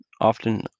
Often